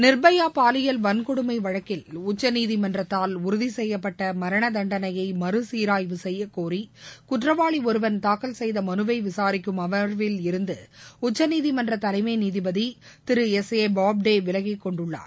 நிர்பயா பாலியல் வன்கொடுமை வழக்கில் உச்சநீதிமன்றத்தால் உறுதி செய்யப்பட்ட மரண தண்டனையை மறுசீராய்வு செய்யக்கோரி குற்றவாளி ஒருவன் தாக்கல் செய்த மனுவை விசாரிக்கும் அமர்வில் இருந்து உச்சநீதிமன்ற தலைமை நீதிபதி திரு எஸ் ஏ போப்தே விலகிக் கொண்டுள்ளார்